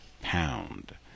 pound